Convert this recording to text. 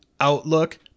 Outlook